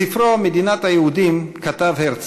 בספרו "מדינת היהודים" כתב הרצל: